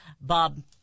Bob